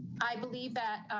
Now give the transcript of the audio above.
i believe that.